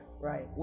Right